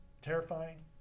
terrifying